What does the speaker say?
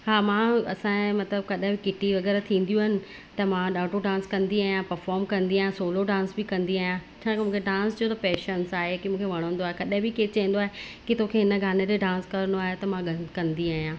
हा मां असांजी मतिलब कॾहिं बि किटी वगै़रह थींदियूं आहिनि त मां ॾाढो डांस कंदी आहियां परफॉर्म कंदी आहियां सवलो डांस बि कंदी आहियां छाकाणि मूंखे डांस जो त पैंशंस आहे की मूंखे वणंदो आहे कॾहिं बि केरु चवंदो आहे की तोखे इन गाने ते डांस करिणो आहे त मां कंदी आहियां